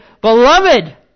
Beloved